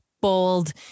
bold